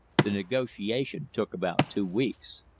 the negotiation took about two weeks.